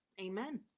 Amen